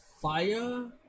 Fire